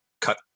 cut